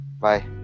bye